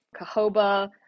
CAHOBA